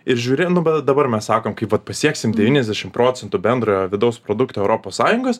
ir žiūri nu be dabar mes sakom vat pasieksim devyniasdešim procentų bendrojo vidaus produkto europos sąjungos